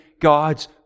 God's